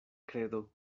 kredo